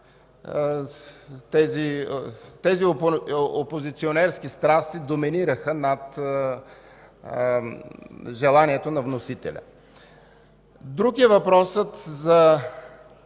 тези опозиционерски страсти доминираха над желанието на вносителя. Друг е въпросът за